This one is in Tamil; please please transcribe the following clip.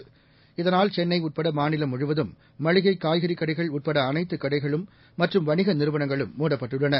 இ தனால் சென்னைஉட்படமாநிலம்முழுவதும்மளிகை காய்கறிக்கடைகள்உட்பட அனைத்துக்கடைகள்மற்றும்வணிகநிறுவனங்கள்மூடப்பட் டுள்ளன